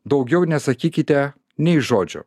daugiau nesakykite nė žodžio